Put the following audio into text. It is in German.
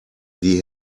die